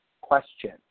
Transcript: question